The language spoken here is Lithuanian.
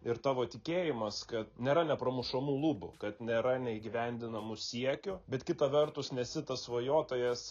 ir tavo tikėjimas kad nėra nepramušamų lubų kad nėra neįgyvendinamų siekių bet kita vertus nesi tas svajotojas